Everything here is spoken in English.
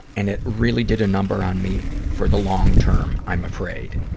and it really did a number on me for the long term, i'm afraid.